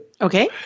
Okay